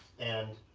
and,